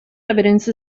evidence